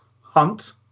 hunt